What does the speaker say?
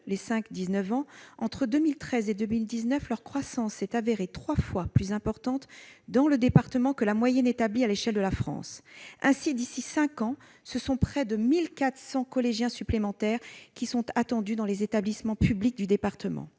les 5-19 ans, entre 2013 et 2019, leur croissance s'est avérée trois fois plus importante dans le département que la moyenne établie à l'échelle de la France. Ainsi, d'ici à cinq ans, ce sont près de 1 400 collégiens supplémentaires qui sont attendus dans les établissements publics du département.